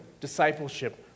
discipleship